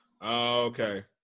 Okay